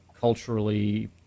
culturally